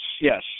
yes